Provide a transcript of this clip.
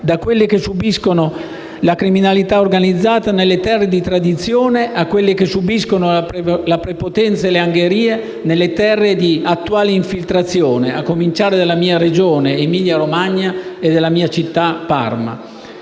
da quelle che subiscono la criminalità organizzata nelle terre di tradizione a quelle che subiscono la prepotenza e le angherie nelle terre di attuale infiltrazione, a cominciare dalla mia Regione, l'Emilia Romagna, e dalla mia città, Parma.